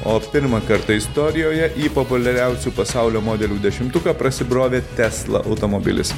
o pirmą kartą istorijoje į populiariausių pasaulio modelių dešimtuką prasibrovė tesla automobilis